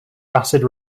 acid